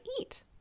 eat